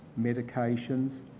Medications